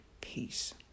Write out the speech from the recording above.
peace